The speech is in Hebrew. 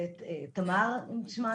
תמר שמה?